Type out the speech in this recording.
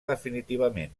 definitivament